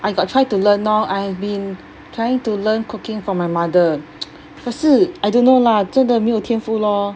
I got try to learn lor I have been trying to learn cooking from my mother 可是 I don't know lah 真的没有天赋 lor